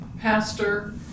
Pastor